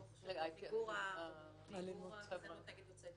דוח על מיגור האלימות נגד יוצאי